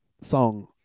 song